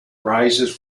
rises